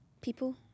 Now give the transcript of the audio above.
people